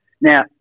now